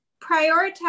prioritize